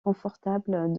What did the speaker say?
confortable